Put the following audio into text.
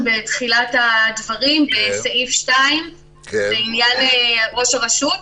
בתחילת הדברים בסעיף 2 לעניין ראש הרשות.